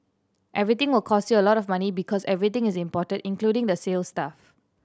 everything will cost you a lot of money because everything is imported including the sales staff